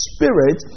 Spirit